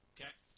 Okay